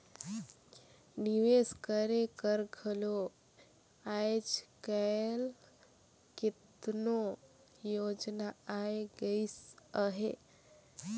निवेस करे कर घलो आएज काएल केतनो योजना आए गइस अहे